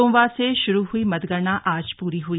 सोमवार से शुरू हुई मतगणना आज पूरी हुई